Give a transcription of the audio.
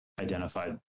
identified